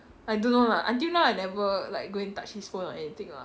I don't know lah until now I never like go and touch his phone or anything lah